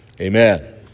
amen